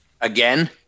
again